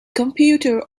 computer